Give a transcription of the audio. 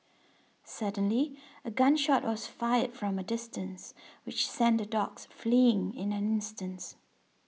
suddenly a gun shot was fired from a distance which sent the dogs fleeing in an instance